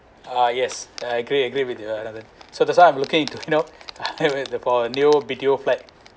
uh yes I agree I agree with the another so that's why I'm looking into you know uh for a new B_T_O flat